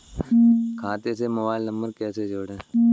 खाते से mobile number कैसे जोड़ें?